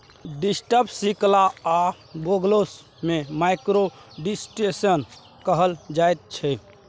drippers, sprinkle आ foggers सँ micro irrigation कहल जाइत छै